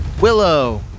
Willow